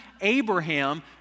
Abraham